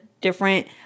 different